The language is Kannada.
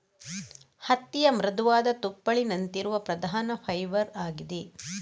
ಹತ್ತಿಯ ಮೃದುವಾದ ತುಪ್ಪಳಿನಂತಿರುವ ಪ್ರಧಾನ ಫೈಬರ್ ಆಗಿದೆ